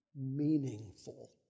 meaningful